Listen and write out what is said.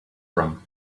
from